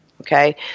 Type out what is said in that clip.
Okay